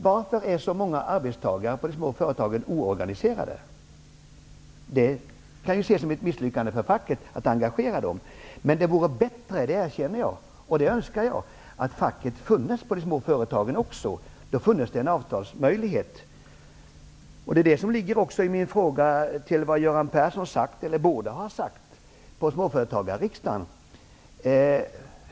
Varför är så många arbetstagare på de små företagen oorganiserade? Det kan ju ses som att facket har misslyckats med att engagera dem. Det vore emellertid bättre -- det erkänner och önskar jag -- om facket funnes också på de små företagen. Då funnes det en avtalsmöjlighet. Detta är också bakgrunden till min fråga om vad Göran Persson sade eller vad han borde ha sagt på småföretagarriksdagen.